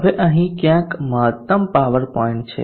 હવે અહીં ક્યાંક મહત્તમ પાવર પોઇન્ટ છે